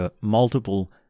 Multiple